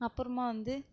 அப்புறமா வந்து